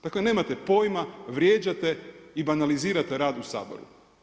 Dakle nemate pojma, vrijeđate i banalizirate rad u Saboru.